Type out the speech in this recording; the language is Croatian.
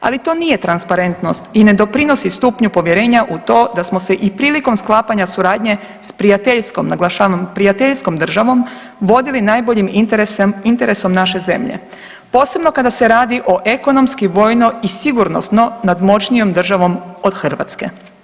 Ali to nije transparentnost i ne doprinosi stupnju povjerenja u to da smo se i prilikom sklapanja suradnje s prijateljskom, naglašavam prijateljskom, državom vodili najboljim interesom naše države, posebno kada se radi o ekonomski, vojno i sigurnosno nadmoćnijom državom od Hrvatske.